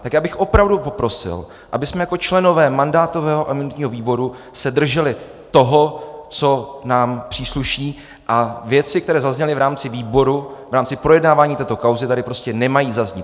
Tak já bych opravdu poprosil, abychom se jako členové mandátového a imunitního výboru drželi toho, co nám přísluší, a věci, které zazněly v rámci výboru, v rámci projednávání této kauzy, tady prostě nemají zaznít.